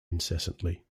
incessantly